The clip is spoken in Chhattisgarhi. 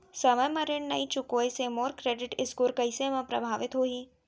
समय म ऋण नई चुकोय से मोर क्रेडिट स्कोर कइसे म प्रभावित होही?